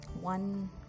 one